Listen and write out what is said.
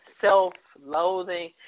self-loathing